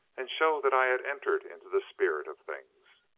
and show that i had entered into the spirit of things.